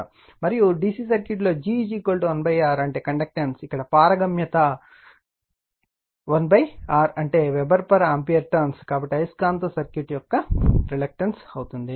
మరియు DC circuit లో g 1 R అంటే కండెక్టన్స్ ఇక్కడ పారగమ్యత 1 R అంటే వెబర్ ఆంపియర్ టర్న్స్ కాబట్టి అయస్కాంత సర్క్యూట్ యొక్క రిలక్టెన్స్ అవుతుంది